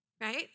Right